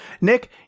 Nick